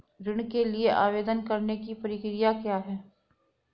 ऋण के लिए आवेदन करने की प्रक्रिया क्या है?